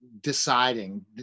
deciding